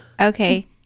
Okay